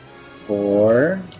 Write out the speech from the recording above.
Four